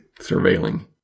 surveilling